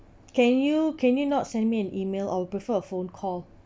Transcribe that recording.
can you can you not send me an email I'll prefer a phone call